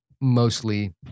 mostly